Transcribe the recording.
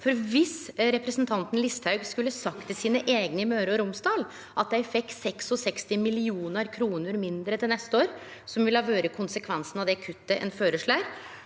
viss representanten Listhaug skulle sagt til sine eigne i Møre og Romsdal at dei fekk 66 mill. kr mindre til neste år, som ville ha vore konsekvensen av det kuttet ein føreslår,